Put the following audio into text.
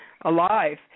alive